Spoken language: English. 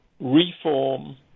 reform